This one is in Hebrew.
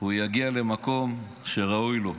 הוא יגיע למקום שראוי לו.